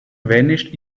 vanished